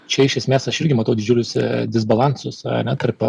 čia iš esmės aš irgi matau didžiulius disbalansus ane tarp